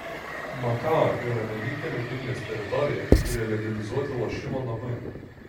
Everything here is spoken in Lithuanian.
makao yra vienintelė kinijos teritorija kurioje legalizuoti lošimo namai